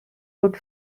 would